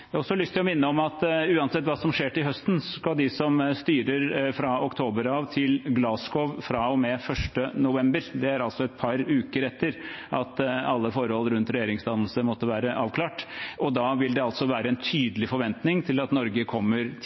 Jeg har også lyst til å minne om at uansett hva som skjer til høsten, skal de som styrer fra oktober, til Glasgow fra og med 1. november. Det er et par uker etter at alle forhold rundt regjeringsdannelse måtte være avklart. Da vil det være en tydelig forventning til at Norge kommer